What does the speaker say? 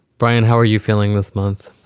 brian, how are you feeling this month?